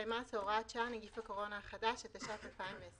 נגיף הקורונה החדש), התש"ף 2020